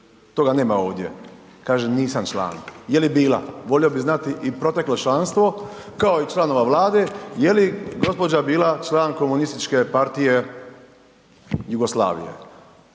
Toga nema ovdje, kaže nisam član. Je li bila? Volio bih znati i proteklo članstvo, kao i članova Vlade, je li gđa. bila član Komunističke partije Jugoslavije.